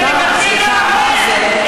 חובתה, זו כנסת מטורפת.